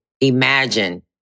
imagine